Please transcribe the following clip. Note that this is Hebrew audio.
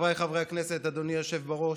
חבריי חברי הכנסת, אדוני היושב בראש,